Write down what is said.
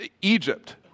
Egypt